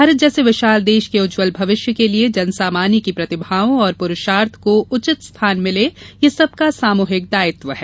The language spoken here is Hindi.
भारत जैसे विशाल देश के उज्जवल भविष्य के लिए जनसामान्य की प्रतिभाओं और पुरुषार्थ को उचित स्थान मिले यह सबका सामुहिक दायित्व है